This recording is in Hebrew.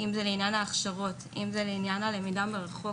אם זה לעניין ההכשרות, אם זה לעניין הלמידה מרחוק.